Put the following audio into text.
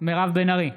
מירב בן ארי,